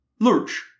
Lurch